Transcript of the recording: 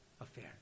affair